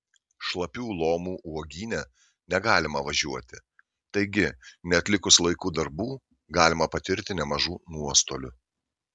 šlapių lomų uogyne negalima važiuoti taigi neatlikus laiku darbų galima patirti nemažų nuostolių